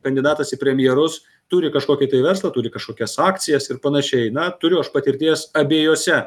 kandidatas į premjerus turi kažkokį tai verslą turi kažkokias akcijas ir panašiai na turiu aš patirties abiejose